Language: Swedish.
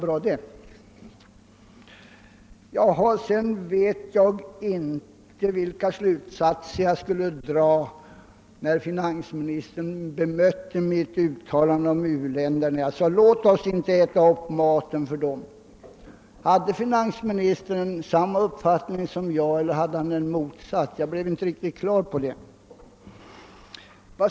Sedan vet jag inte vilka slutsatser jag skall dra när finansministern bemöter mitt uttalande om u-länderna. Jag sade att vi inte bör äta upp maten för dem. Jag blev inte på det klara med om finansministern hade sammå uppfattning som jag eller om han hade motsatt uppfattning.